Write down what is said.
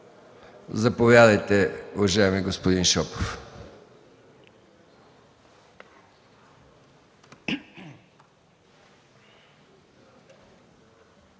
Заповядайте, уважаеми господин Шопов.